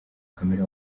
kamere